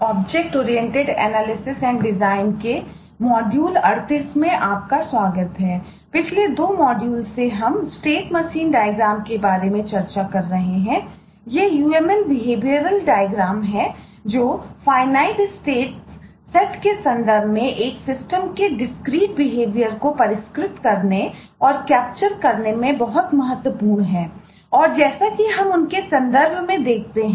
object oriented analysis and design के उच्च स्तर पर है